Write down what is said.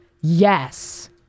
Yes